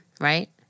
right